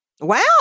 Wow